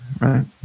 right